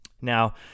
Now